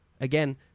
again